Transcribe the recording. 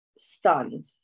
Stunned